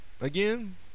Again